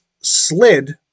slid